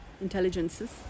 intelligences